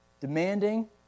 demanding